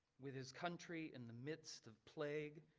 with his country in the midst of plague,